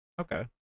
Okay